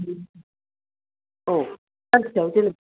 अ सानसेयाव जेनेबा